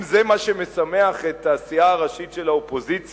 אם זה מה שמשמח את הסיעה הראשית של האופוזיציה,